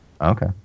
Okay